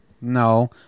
no